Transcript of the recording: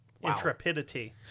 Intrepidity